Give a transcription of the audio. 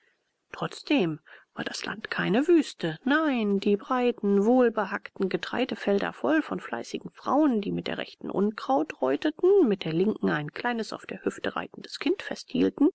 trotzdem war das land keine wüste nein die breiten wohl behackten getreidefelder voll von fleißigen frauen die mit der rechten unkraut reuteten mit der linken ein kleines auf der hüfte reitendes kind festhielten